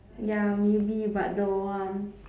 ya maybe but don't want